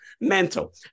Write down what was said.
Mental